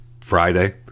Friday